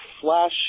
Flash